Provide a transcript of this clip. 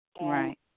Right